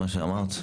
כן.